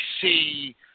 see